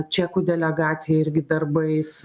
čekų delegacija irgi darbais